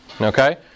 Okay